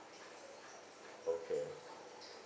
okay